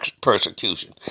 persecution